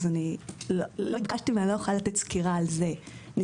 לא התבקשתי לתת סקירה על זה, ואני לא יכולה.